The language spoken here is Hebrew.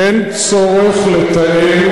אין צורך לתאם